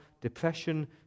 depression